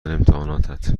امتحاناتت